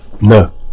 No